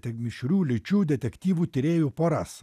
tai mišrių lyčių detektyvų tyrėjų poras